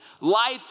Life